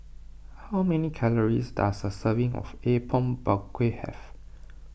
how many calories does a serving of Apom Berkuah have